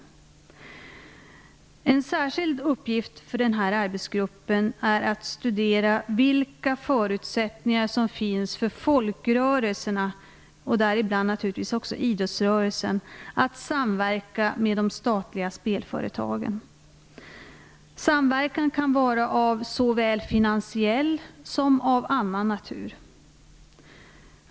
En särskild uppgift för arbetsgruppen är att studera vilka förutsättningar som finns för folkrörelserna - och däribland naturligtvis också idrottsrörelsen - att samverka med de statliga spelföretagen. Samverkan kan vara av såväl finansiell som annan natur.